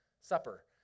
supper